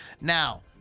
Now